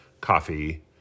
coffee